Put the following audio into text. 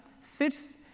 sits